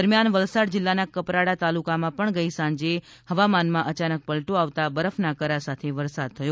દરમિયાન વલસાડ જિલ્લાના કપરાડા તાલુકામાં પણ ગઈ સાંજે હવામાનમાં અચાનક પલટો આવતા બરફના કરા સાથે વરસાદ થયો